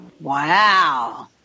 Wow